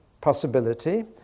possibility